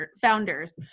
founders